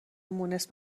مونس